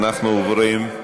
רגע,